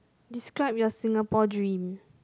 describe your Singapore dream